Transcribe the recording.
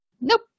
Nope